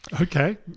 Okay